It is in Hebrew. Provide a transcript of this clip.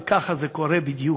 וככה זה קורה בדיוק.